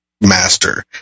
master